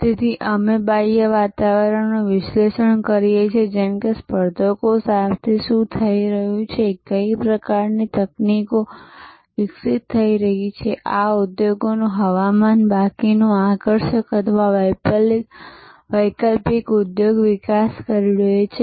તેથી અમે બાહ્ય વાતાવરણનું વિશ્લેષણ કરીએ છીએ જેમ કે સ્પર્ધકો સાથે શું થઈ રહ્યું છે કઈ પ્રકારની તકનીકો વિકસિત થઈ રહી છે આ ઉદ્યોગનું હવામાન બાકીનું આકર્ષક અથવા વૈકલ્પિક ઉદ્યોગ વિકાસ કરી રહ્યું છે